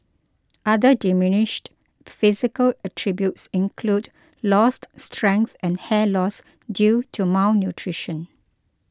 other diminished physical attributes include lost strength and hair loss due to malnutrition